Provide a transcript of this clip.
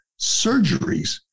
Surgeries